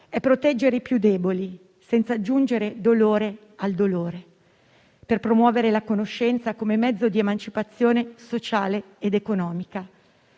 è proteggere i più deboli, senza aggiungere dolore al dolore, per promuovere la conoscenza come mezzo di emancipazione sociale ed economica,